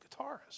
guitarist